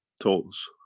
toes,